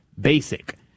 basic